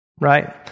right